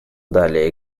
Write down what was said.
далее